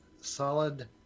solid